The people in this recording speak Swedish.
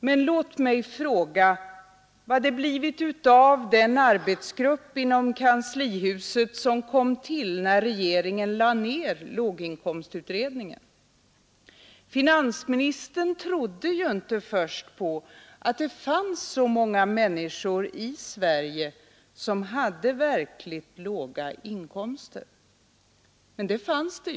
Men låt mig fråga vad det har blivit av den arbetsgrupp inom kanslihuset som kom till när regeringen lade ner låginkomstutredningen? Finansministern trodde ju först inte på att det fanns så många människor i Sverige som hade verkligt låga inkomster. Men det fanns det!